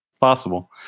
possible